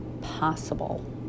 possible